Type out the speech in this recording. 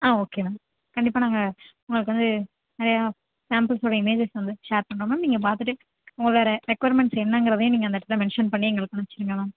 ஆ okay ma'am கண்டிப்பாக நாங்கள் உங்களுக்கு வந்து நிறையா சேம்பிள்ஸ்ஸோட இமேஜஸ் வந்து ஷேர் பண்ணுறோம் மேம் நீங்கள் பார்த்துட்டு உங்களோட ரெக்கொயர்மெண்ட்ஸ் என்னங்கிறதையும் நீங்கள் அந்த இடத்துல மென்ஷன் பண்ணி எங்களுக்கு அமுச்சிடுங்க மேம்